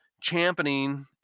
championing